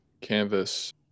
canvas